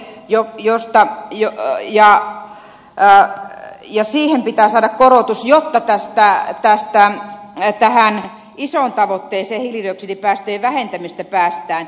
joukkiosta jota jää pää ja siihen pitää saada korotus jotta tästä ei tästä nyt ei tähän isoon tavoitteeseen hiilidioksidipäästöjen vähentämisestä päästään